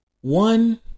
One